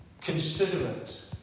considerate